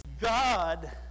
God